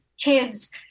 kids